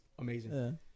amazing